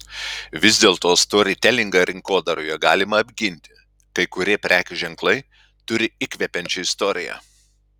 vis dėlto storytelingą rinkodaroje galima apginti kai kurie prekės ženklai turi įkvepiančią istoriją